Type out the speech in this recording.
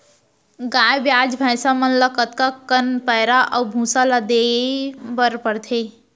गाय ब्याज भैसा मन ल कतका कन पैरा अऊ भूसा ल देये बर पढ़थे?